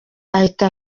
ahita